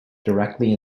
directly